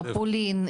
פולין,